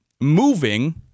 moving